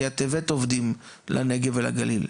כי את הבאת עובדים לנגב ולגליל,